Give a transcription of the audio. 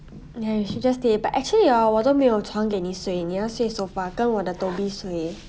ya you should just stay but actually hor 我都没有床给你睡你要睡 sofa 跟我的 toby 睡